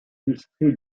district